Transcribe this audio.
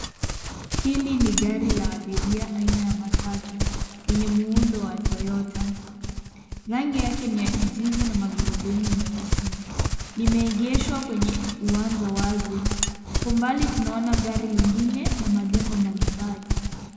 Hili ni gari la abiria aina ya matatu enye muundo wa Toyota. Rangi yake ni ya kijivu na magurudumu meusi. Limeegeshwa kwenye uwanja wazi. Kwa umbali tunaona gari lingine na majengo mbali mbali.